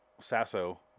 Sasso